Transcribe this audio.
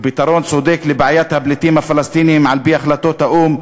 ופתרון צודק לבעיית הפליטים הפלסטינים על-פי החלטות האו"ם,